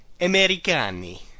Americani